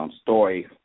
story